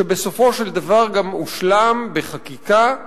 שבסופו של דבר גם הושלם בחקיקה,